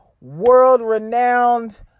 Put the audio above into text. world-renowned